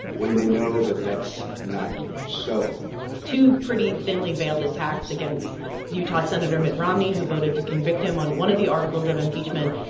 when they know that that's not so two pretty thinly veiled attacks against utah senator mitt romney, who voted to convict him on one of the articles of impeachment,